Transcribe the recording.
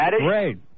Great